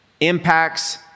impacts